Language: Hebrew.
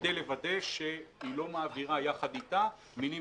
כדי לוודא שהיא לא מעבירה יחד איתה מינים